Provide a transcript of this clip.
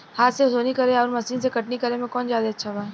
हाथ से सोहनी करे आउर मशीन से कटनी करे मे कौन जादे अच्छा बा?